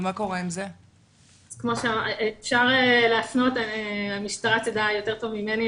המשטרה תדע יותר ממני.